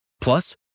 Plus